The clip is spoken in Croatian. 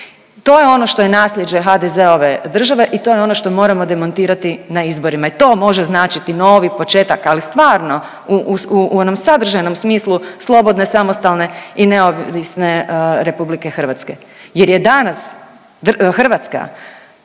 To je ono što je naslijeđe HDZ-ove države i to je ono što moramo demantirati na izborima i to može značiti novi početak ali stvarno u, u onom sadržajnom smislu slobodne, samostalne i neovisne RH. Jer je danas Hrvatska